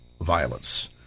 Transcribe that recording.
violence